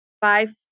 five